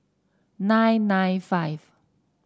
nine nine five